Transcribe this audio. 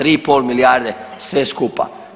3,5 milijarde sve skupa.